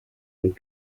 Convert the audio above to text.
und